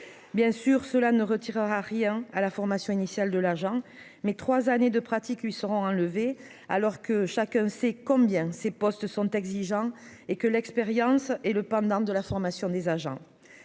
bien sûr, cela ne retirera rien à la formation initiale de l'argent, mais 3 années de pratique lui seront enlevés alors que chacun sait combien ces postes sont exigeants et que l'expérience et le PAM d'armes de la formation des agents